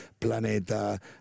Planeta